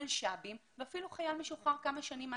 מלש"בים ואפילו חייל משוחרר כמה שנים מהשחרור.